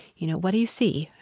you know, what do you see?